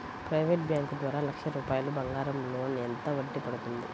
Private bank ద్వారా లక్ష రూపాయలు బంగారం లోన్ ఎంత వడ్డీ పడుతుంది?